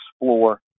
explore